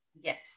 Yes